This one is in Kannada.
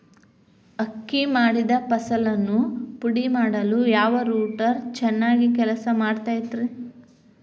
ಅಕ್ಕಿ ಮಾಡಿದ ಫಸಲನ್ನು ಪುಡಿಮಾಡಲು ಯಾವ ರೂಟರ್ ಚೆನ್ನಾಗಿ ಕೆಲಸ ಮಾಡತೈತ್ರಿ?